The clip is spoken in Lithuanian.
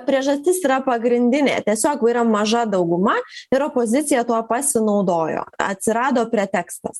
priežastis yra pagrindinė tiesiog maža dauguma ir opozicija tuo pasinaudojo atsirado pretekstas